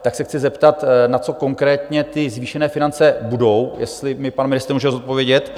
Tak se chci zeptat, na co konkrétně ty zvýšené finance budou, jestli mi to pan ministr může zodpovědět.